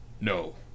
No